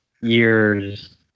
years